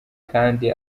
kandi